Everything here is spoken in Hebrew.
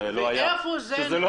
איפה זה נעלם?